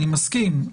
אני מסכים.